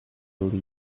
believe